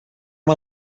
amb